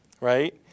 right